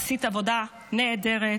עשית עבודה נהדרת,